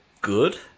good